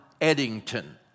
eddington